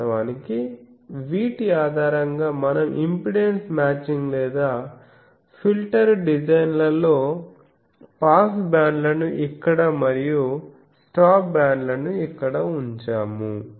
వాస్తవానికి వీటి ఆధారంగా మనం ఇంపెడెన్స్ మ్యాచింగ్ లేదా ఫిల్టర్ డిజైన్లలో పాస్ బ్యాండ్లను ఇక్కడ మరియు స్టాప్ బ్యాండ్లను ఇక్కడ ఉంచాము